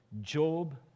Job